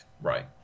Right